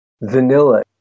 vanilla